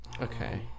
Okay